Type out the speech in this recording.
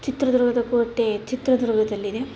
ಚಿತ್ರದುರ್ಗದ ಕೋಟೆ ಚಿತ್ರದುರ್ಗದಲ್ಲಿದೆ